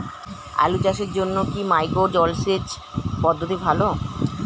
আলু চাষের জন্য কি মাইক্রো জলসেচ পদ্ধতি ভালো?